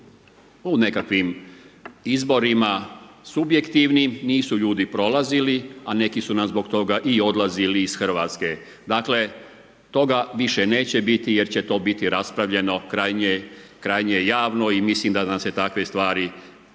u nekakvim izborima, subjektivnim, nisu ljudi prolazili, a neki su zbog toga i odlazili iz Hrvatske. Dakle, toga više neće biti, jer će to biti raspravljeno krajnje javno i mislim da nam se takve stvari,